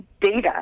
data